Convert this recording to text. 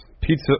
Pizza